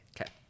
Okay